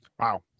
Wow